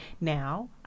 Now